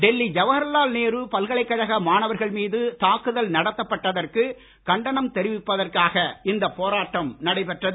டெல்லி ஜவஹர்லால் நேரு பல்கலைக்கழக மாணவர்கள் மீது தாக்குதல் நடத்தப்பட்டதற்கு கண்டனம் தெரிவிப்பதற்காக இந்த போராட்டம் நடத்தப்பட்டது